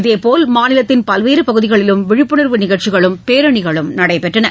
இதேபோல் மாநிலத்தின் பல்வேறு பகுதிகளிலும் விழிப்புணர்வு நிகழ்ச்சிகளும் பேரணிகளும் நடைபெற்றன